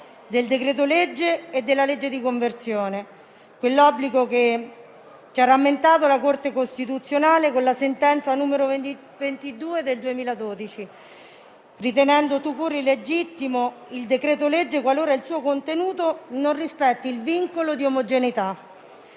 del decreto-legge e del disegno di legge di conversione. È quell'obbligo che ci ha rammentato la Corte costituzionale, con la sentenza n. 22 del 2012, ritenendo *tout court* illegittimo il decreto-legge qualora il suo contenuto non rispetti il vincolo di omogeneità,